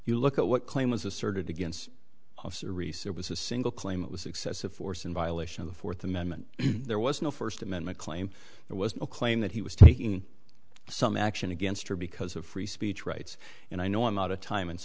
you look at what claim was asserted against officer reese there was a single claim it was excessive force in violation of the fourth amendment there was no first amendment claim there was a claim that he was taking some action against her because of free speech rights and i know i'm out of time